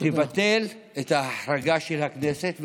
תבטל את ההחרגה של הכנסת,